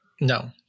No